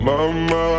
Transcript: Mama